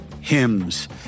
hymns